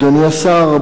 אדוני השר,